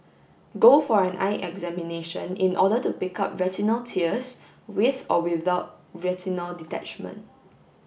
go for an eye examination in order to pick up retinal tears with or without retinal detachment